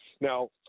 Now